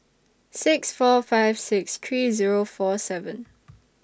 six four five six three Zero four seven